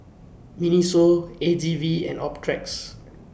Miniso A G V and Optrex